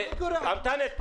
--- אנטאנס,